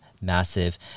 massive